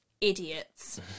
idiots